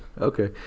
Okay